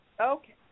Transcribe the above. Okay